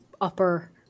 upper